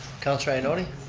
councilor ioannoni?